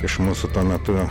iš mūsų tuo metu